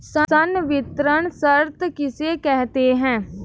संवितरण शर्त किसे कहते हैं?